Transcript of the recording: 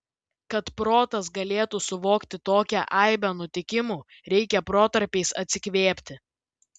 kad protas galėtų suvokti tokią aibę nutikimų reikia protarpiais atsikvėpti